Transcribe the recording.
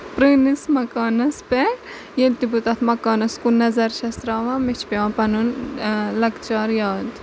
پرٲنِس مکانَس پٮ۪ٹھ ییٚلہِ تہٕ بہٕ تَتھ مکانَس کُن نظر چھَس تراوان مےٚ چھُ پیوان پَنُن لۄکچار یاد